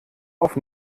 auf